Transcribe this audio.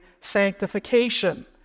sanctification